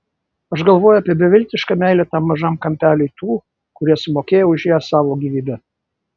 aš galvoju apie beviltišką meilę tam mažam kampeliui tų kurie sumokėjo už ją savo gyvybe